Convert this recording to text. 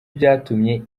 byatumye